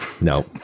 No